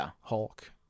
Hulk